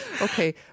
Okay